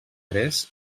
tres